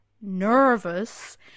nervous